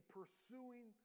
pursuing